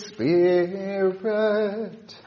Spirit